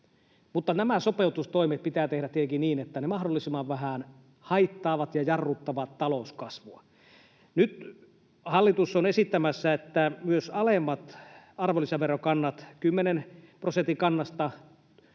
mutta nämä sopeutustoimet pitää tehdä tietenkin niin, että ne mahdollisimman vähän haittaavat ja jarruttavat talouskasvua. Nyt hallitus on esittämässä, että myös alemmasta, kymmenen prosentin arvonlisäverokannasta